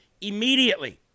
immediately